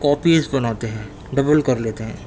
copies بناتے ہیں double کر لیتے ہیں